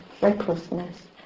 recklessness